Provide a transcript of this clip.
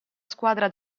squadra